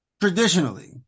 traditionally